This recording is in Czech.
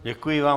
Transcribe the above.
Děkuji vám.